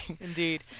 Indeed